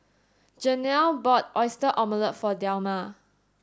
Janelle bought oyster omelette for Delma